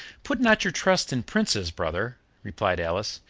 put not your trust in princes, brother, replied alice.